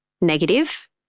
negative